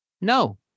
no